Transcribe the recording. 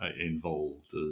involved